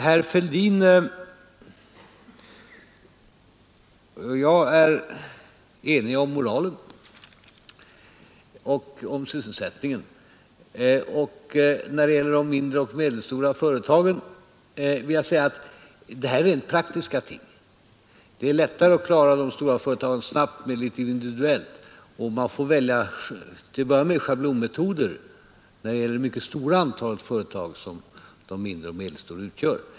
Herr Fälldin och jag är eniga om moralen och om sysselsättningen. När det gäller de mindre och medelstora företagen vill jag säga att det handlar om rent praktiska ting. Det är lättare att klara de stora företagen snabbt och litet individuellt. Man får till att börja med välja schablonmetoder när det gäller det mycket stora antal företag som räknas till de mindre och medelstora.